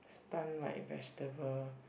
stun like vegetable